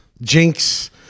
Jinx